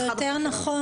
או יותר נכון,